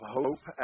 Hope